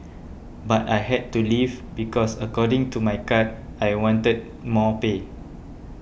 but I had to leave because according to my card I wanted more pay